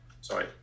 Sorry